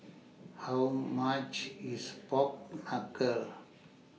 How much IS Pork Knuckle